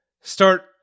Start